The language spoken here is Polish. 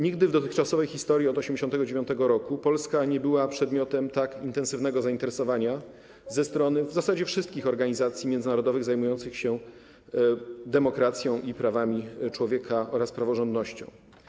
Nigdy w dotychczasowej historii od 1989 r. Polska nie była przedmiotem tak intensywnego zainteresowania ze strony w zasadzie wszystkich organizacji międzynarodowych zajmujących się demokracją i prawami człowieka oraz praworządnością.